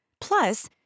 Plus